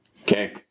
Okay